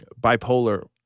bipolar